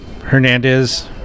Hernandez